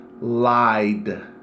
lied